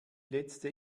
letzte